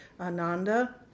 Ananda